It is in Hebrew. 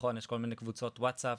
יש כל מיני קבוצות וואטסאפ,